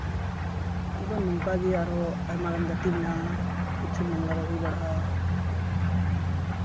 ᱟᱫᱚ ᱱᱚᱝᱠᱟ ᱜᱮ ᱟᱨᱦᱚᱸ ᱟᱭᱢᱟᱜᱟᱱ ᱜᱟᱛᱮ ᱢᱮᱱᱟᱜᱼᱟ ᱯᱚᱪᱪᱷᱤᱢ ᱵᱟᱝᱞᱟ ᱨᱮ ᱦᱩᱭ ᱵᱟᱲᱟᱜᱼᱟ